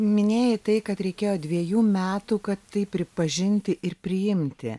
minėjai tai kad reikėjo dvejų metų kad tai pripažinti ir priimti